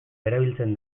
erabiltzen